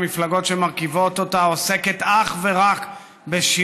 רק בנושא הזה, שלא יהיה לך ספק.